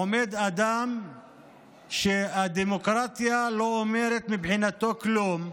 עומד אדם שהדמוקרטיה לא אומרת מבחינתו כלום,